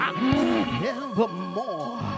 evermore